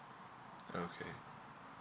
okay